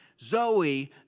Zoe